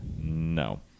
no